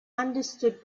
understood